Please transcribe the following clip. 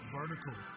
vertical